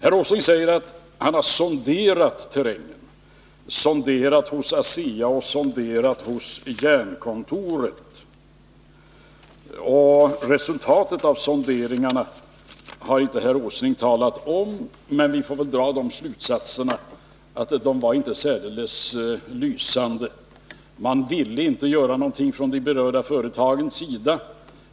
Herr Åsling säger att han har sonderat terrängen — sonderat hos ASEA och hos Jernkontoret. Resultatet av sonderingarna har inte herr Åsling talat om, men vi får väl dra slutsatsen att det inte var särdeles lysande. Man ville inte göra någonting från de berörda företagens sida.